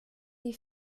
die